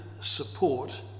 support